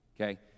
okay